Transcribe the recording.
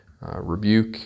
rebuke